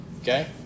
Okay